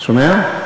שומע?